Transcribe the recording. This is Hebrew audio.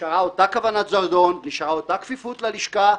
נשארה אותה כוונת זדון, נשארה אותה כפיפות ללשכה.